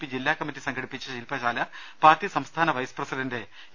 P ജില്ലാ committee സംഘടിപ്പിച്ച ശില്പശാല പാർട്ടി സംസ്ഥാന വൈസ് പ്രസിഡന്റ് എ